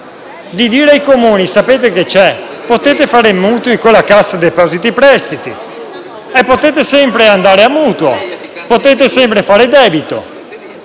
di dire ai Comuni: «Sapete che c'è? Potete fare mutui con la Cassa depositi e prestiti, potete sempre andare a mutuo e potete sempre fare debito».